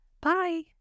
Bye